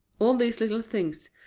all these little things,